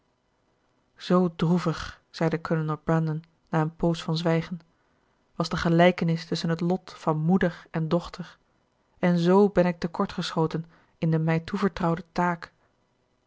zoo droevig zeide kolonel brandon na een poos van zwijgen was de gelijkenis tusschen het lot van moeder en dochter en z ben ik tekort geschoten in de mij toevertrouwde taak